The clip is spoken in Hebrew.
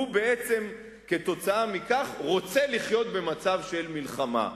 הוא בעצם כתוצאה מכך רוצה לחיות במצב של מלחמה.